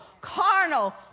carnal